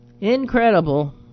Incredible